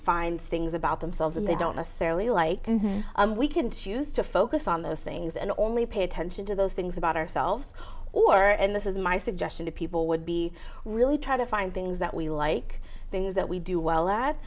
finds things about themselves and they don't necessarily like we can choose to focus on those things and only pay attention to those things about ourselves or and this is my suggestion to people would be really try to find things that we like things that we do well